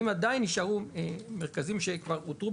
אם עדיין נשארו מרכזים שכבר אותרו